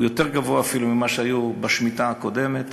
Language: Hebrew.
הוא יותר גבוה אפילו ממה שהיה בשמיטה הקודמת.